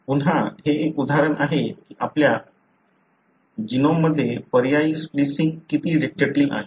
पुन्हा हे एक उदाहरण आहे की आपल्या जिनोममध्ये पर्यायी स्प्लिसिन्ग किती जटिल आहे